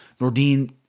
Nordin